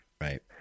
Right